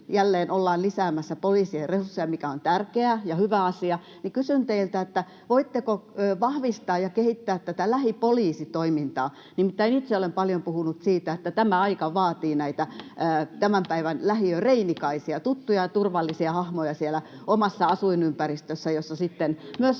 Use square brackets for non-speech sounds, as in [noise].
jälleen ollaan hyvin lisäämässä poliisien resursseja, mikä on tärkeä ja hyvä asia, niin kysyn teiltä: voitteko vahvistaa ja kehittää tätä lähipoliisitoimintaa? Nimittäin itse olen paljon puhunut siitä, [noise] että tämä aika vaatii tämän päivän lähiöreinikaisia, tuttuja ja turvallisia hahmoja siellä omassa asuinympäristössä, jossa sitten myös